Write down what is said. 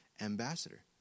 ambassador